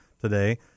today